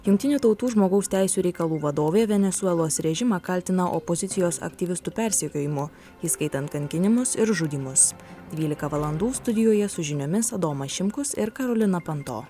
jungtinių tautų žmogaus teisių reikalų vadovė venesuelos režimą kaltina opozicijos aktyvistų persekiojimu įskaitant kankinimus ir žudymus dvylika valandų studijoje su žiniomis adomui šimkus ir karolina panto